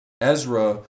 Ezra